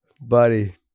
buddy